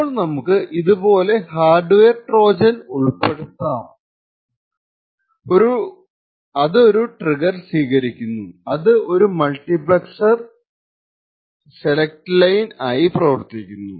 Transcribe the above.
അപ്പോൾ നമുക്ക് ഇത് പോലെ ഹാർഡ് വെയർ ട്രോജൻ ഉൾപ്പെടുത്താം അത് ഒരു ട്രിഗ്ഗർ സ്വീകരിക്കുന്നു അത് ഒരു മൾട്ടിപ്ലെക്സർ MUX ൻറെ സെലക്ട് ലൈൻ ആയി പ്രവർത്തിക്കുന്നു